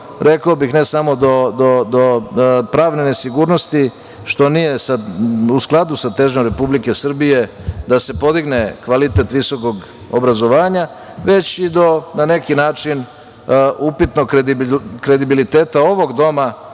rekao bih, ne samo do pravne nesigurnosti, što nije u skladu sa težnjom Republike Srbije da se podigne kvalitet visokog obrazovanja, već i do na neki način upitnog kredibiliteta ovog doma